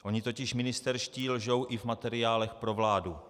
Oni totiž ministerští lžou i v materiálech pro vládu.